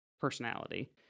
personality